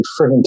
friggin